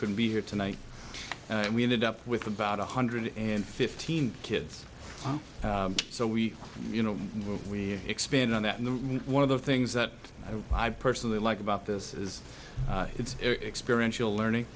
couldn't be here tonight and we ended up with about a hundred and fifteen kids so we you know we expand on that and the one of the things that i personally like about this is it's experiential learning